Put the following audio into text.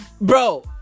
bro